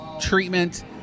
treatment